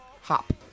hop